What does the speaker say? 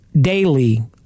daily